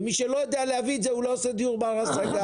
מי שלא יודע להביא את זה, לא עושה דיור בר השגה.